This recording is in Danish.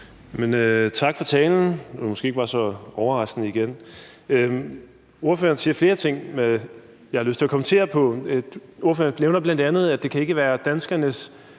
Tak for talen, som måske ikke var så overraskende igen. Ordføreren siger flere ting, jeg har lyst til at kommentere på. Ordføreren nævner bl.a., at det ikke kan være danskernes